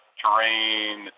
terrain